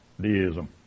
deism